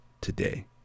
today